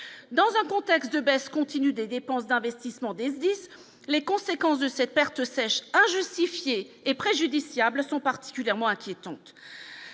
dans un contexte de baisse continue des dépenses d'investissement des indices, les conséquences de cette perte sèche injustifiée et préjudiciable sont particulièrement inquiétantes